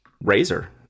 razor